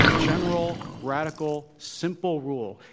general, radical, simple rule.